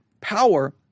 power